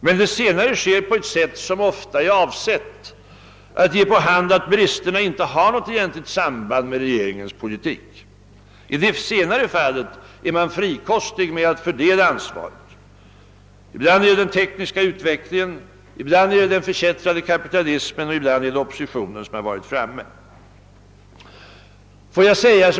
Men det senare sker på ett sätt som ofta är avsett att ge vid handen att bristerna inte har något egentligt samband med regeringens politik. Härvid är man frikostig med att fördela ansvaret: ibland är det den tekniska utvecklingen, ibland den förkättrade kapitalismen och ibland oppositionen som varit framme.